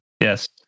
Yes